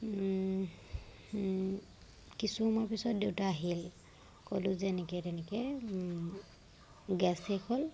কিছু সময় পাছত দেউতা আহিল ক'লোঁ যে এনেকৈ তেনেকৈ গেছ শেষ হ'ল